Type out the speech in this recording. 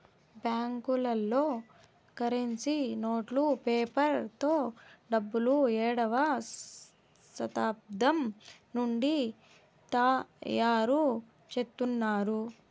బ్యాంకులలో కరెన్సీ నోట్లు పేపర్ తో డబ్బులు ఏడవ శతాబ్దం నుండి తయారుచేత్తున్నారు